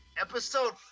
Episode